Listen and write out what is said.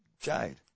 Jade